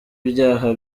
ibyaha